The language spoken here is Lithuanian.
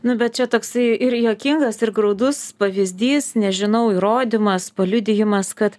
nu bet čia toksai ir juokingas ir graudus pavyzdys nežinau įrodymas paliudijimas kad